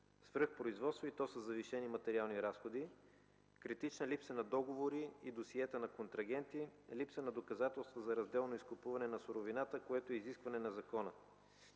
свръхпроизводство и то със завишени материални разходи; критична липса на договори и досиета на контрагенти; липса на доказателство за разделно изкупуване на суровината, което е изискване на закона.